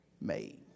made